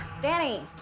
Danny